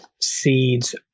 seeds